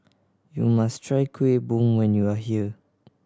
you must try Kueh Bom when you are here